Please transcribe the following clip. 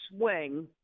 swing –